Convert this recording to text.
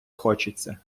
хочеться